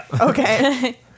okay